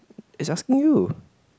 it's asking you